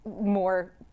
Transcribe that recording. More